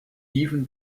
even